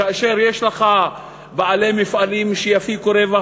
כאשר יש לך בעלי מפעלים שיפיקו רווח